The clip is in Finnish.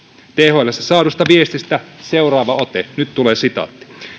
thlstä saadusta viestistä seuraava ote nyt tulee sitaatti